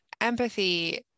empathy